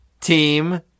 team